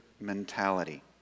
mentality